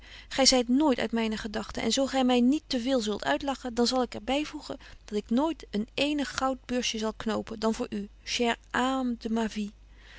gy zyt nooit uit myne gedagten en zo gy my niet te veel zult uitlachen dan zal ik er byvoegen dat ik nooit een eenig goudbeursje zal knopen dan voor u chere